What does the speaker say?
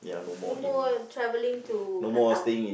no more traveling to Qatar